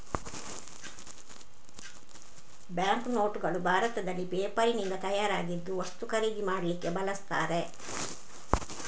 bank ನೋಟುಗಳು ಭಾರತದಲ್ಲಿ ಪೇಪರಿನಿಂದ ತಯಾರಾಗಿದ್ದು ವಸ್ತು ಖರೀದಿ ಮಾಡ್ಲಿಕ್ಕೆ ಬಳಸ್ತಾರೆ